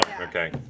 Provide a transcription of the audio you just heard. Okay